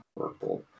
purple